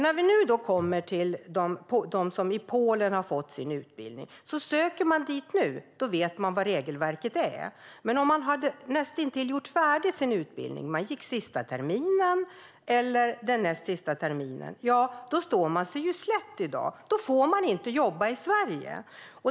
När det gäller utbildningen i Polen vet man vad regelverket är om man söker dit nu, men om man näst intill hade gjort färdigt sin utbildning när reglerna ändrades - man kanske gick sista eller näst sista terminen - står man sig slätt i dag. Då får man inte jobba i Sverige.